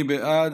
מי בעד?